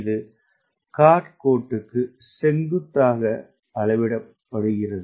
இது கார்ட் கோட்டுக்கு செங்குத்தாக அளவிடப்படுகிறது